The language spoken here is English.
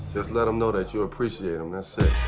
just let him know that you appreciate him that's it.